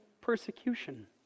persecution